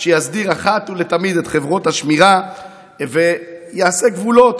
שיסדיר אחת ולתמיד את חברות השמירה ויעשה גבולות.